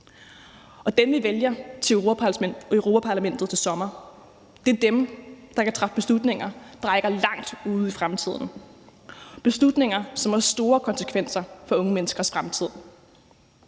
Og dem, vi vælger ved europaparlamentsvalget til sommer, er dem, der kan træffe beslutninger, som rækker langt ud i fremtiden – beslutninger, som har store konsekvenser for unge menneskers fremtid.